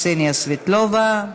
קסניה סבטלובה,